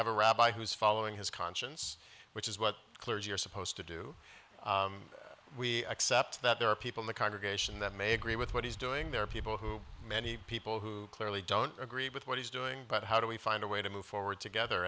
have a rabbi who is following his conscience which is what clergy are supposed to do we accept that there are people in the congregation that may agree with what he's doing there are people who many people who clearly don't agree with what he's doing but how do we find a way to move forward together